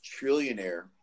trillionaire